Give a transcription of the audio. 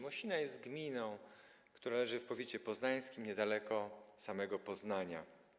Mosina jest gminą, która leży w powiecie poznańskim, niedaleko samego Poznania.